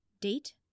Date